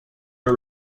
are